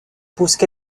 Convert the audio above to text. poussent